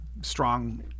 strong